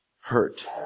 hurt